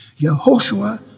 Yehoshua